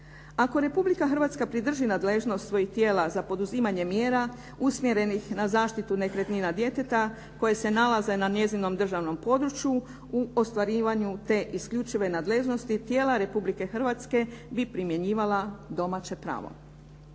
Ako Republika Hrvatska pridrži nadležnost svojih tijela za poduzimanje mjera usmjerenih na zaštitu nekretnina djeteta koje se nalaze na njezinom državnom području u ostvarivanju te isključive nadležnosti tijela Republike Hrvatske bi primjenjivala domaće pravo.